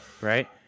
Right